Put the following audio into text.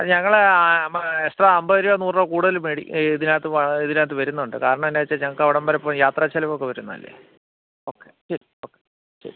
അത് ഞങ്ങൾ എക്സ്ട്രാ അമ്പത് രൂപ നൂറ് രൂപ കൂടുതൽ മേടി ഈ ഇതിനകത്ത് വാ ഇതിനകത്ത് വരുന്നുണ്ട് കാരണം എന്ന് വെച്ചാൽ ഞങ്ങൾക്കവിടം വരെ പോയി യാത്രാ ചിലവൊക്കെ വരുന്നതല്ലേ ഓക്കെ ശരി ഓക്കെ ശരി